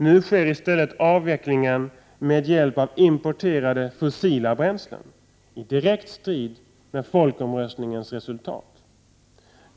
Nu sker i stället avvecklingen med hjälp av importerade fossila bränslen, i direkt strid med folkomröstningens resultat.